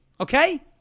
Okay